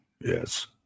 Yes